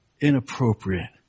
Inappropriate